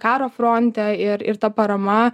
karo fronte ir ir ta parama